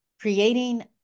creating